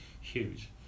huge